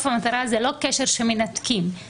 שייווצרו לכם שם עוד פערים אם תעשו את זה.